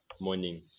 morning